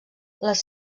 les